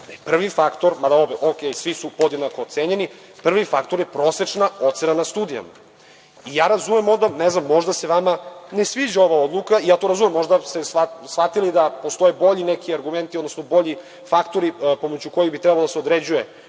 prvi faktor, u redu je, svi su podjednako ocenjeni, prvi faktor je prosečna ocena na studijama. Možda se vama ne sviđa ova odluka i to razumem, možda ste shvatili da postoje neki bolji argumenti, odnosno bolji faktori pomoću kojih bi trebalo da se određuje